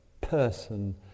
person